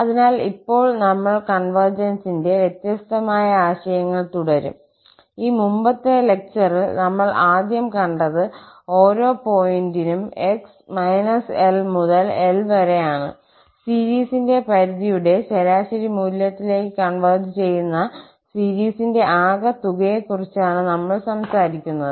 അതിനാൽ ഇപ്പോൾ നമ്മൾ കൺവെർജൻസിന്റെ വ്യത്യസ്തമായ ആശയങ്ങൾ തുടരും ഈ മുമ്പത്തെ ലെക്ചറിൽ നമ്മൾ ആദ്യം കണ്ടത് ഓരോ പോയിന്റിനും 𝑥 −𝐿 മുതൽ L വരെയാണ് സീരീസിന്റെ പരിധിയുടെ ശരാശരി മൂല്യത്തിലേക്ക് കൺവെർജ് ചെയ്യുന്ന സീരീസിന്റെ ആകെത്തുകയെക്കുറിച്ചാണ് നമ്മൾ സംസാരിക്കുന്നത്